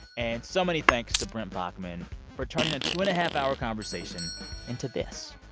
and so many thanks to brent baughman for turning a two and a half hour conversation into this.